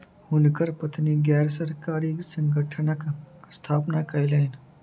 हुनकर पत्नी गैर सरकारी संगठनक स्थापना कयलैन